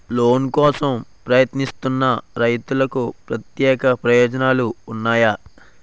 Loan కోసం ప్రయత్నిస్తున్న రైతులకు ప్రత్యేక ప్రయోజనాలు ఉన్నాయా?